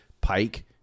Pike